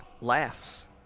laughs